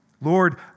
Lord